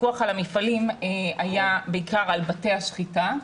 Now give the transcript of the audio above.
הפיקוח על הפעלים היה בעיקר על בתי השחיטה.